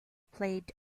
played